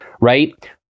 right